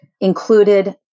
included